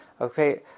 Okay